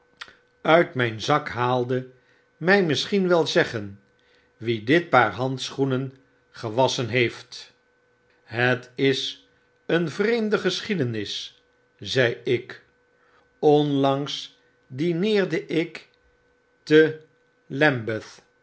uit myn zak haalde mij misschien wel zeggen wie dit paar handschoenen gewasschen heeft het is een vreemde geschiedenis zei ik onlangs dineerde ikte lambeth